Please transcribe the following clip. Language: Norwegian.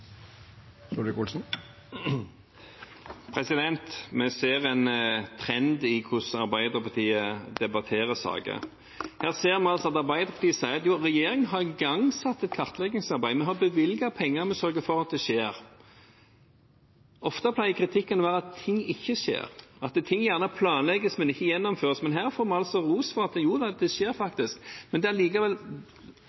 Vi ser en trend i hvordan Arbeiderpartiet debatterer saker. Her ser vi altså at Arbeiderpartiet sier at jo, regjeringen har igangsatt et kartleggingsarbeid, de har bevilget penger, de sørger for at det skjer. Ofte pleier kritikken å være at ting ikke skjer, at ting gjerne planlegges, men ikke gjennomføres. Her får vi altså ros for at jo da, det skjer